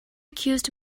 accused